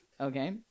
Okay